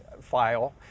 file